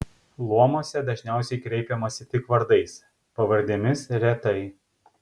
luomuose dažniausiai kreipiamasi tik vardais pavardėmis retai